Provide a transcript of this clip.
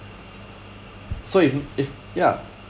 so if if ya